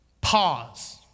Pause